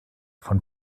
von